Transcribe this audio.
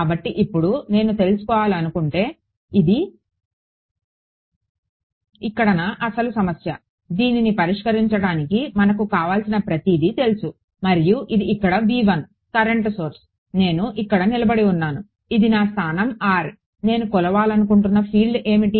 కాబట్టి ఇప్పుడు నేను తెలుసుకోవాలనుకుంటే ఇది ఇక్కడ నా అసలు సమస్య దీనిని పరిష్కరించడానికి మనకు కావాల్సిన ప్రతీదీ తెలుసు మరియు ఇది ఇక్కడ కరెంట్ సోర్స్ నేను ఇక్కడ నిలబడి ఉన్నాను ఇది నా స్థానం r నేను కొలవాలనుకుంటున్న ఫీల్డ్ ఏమిటి